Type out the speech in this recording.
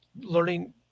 learning